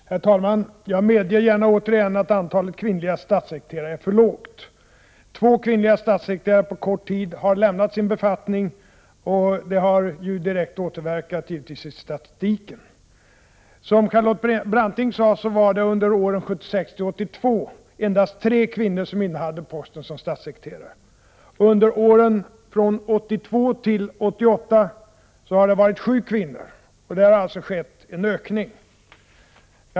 17 november 1988 = Herr talman! Jag medger gärna återigen att antalet kvinnliga statssekrete rare är för litet. På kort tid har två kvinnliga statssekreterare lämnat sina befattningar, vilket givetvis direkt har fått återverkningar i statistiken. Som Charlotte Branting sade var det under åren 1976-1982 endast tre kvinnor som innehade posten som statssekreterare. Under åren 1982-1988 har sju kvinnor innehaft denna post. Det har alltså skett en ökning.